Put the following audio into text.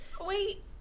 Wait